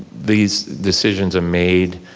these decisions are made